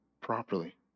properly